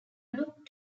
look